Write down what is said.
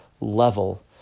level